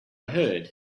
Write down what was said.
heard